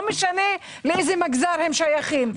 לא משנה לאיזה מגזר הם שייכים.